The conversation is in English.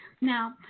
Now